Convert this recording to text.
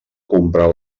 comprar